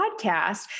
podcast